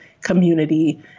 community